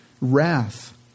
Wrath